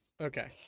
Okay